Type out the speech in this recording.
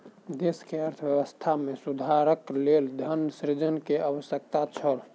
देश के अर्थव्यवस्था में सुधारक लेल धन सृजन के आवश्यकता छल